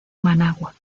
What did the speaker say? managua